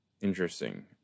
interesting